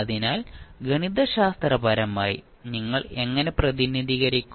അതിനാൽ ഗണിതശാസ്ത്രപരമായി നിങ്ങൾ എങ്ങനെ പ്രതിനിധീകരിക്കും